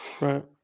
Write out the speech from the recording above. Right